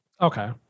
Okay